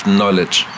knowledge